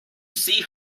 see